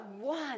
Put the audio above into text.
one